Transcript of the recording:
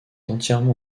entièrement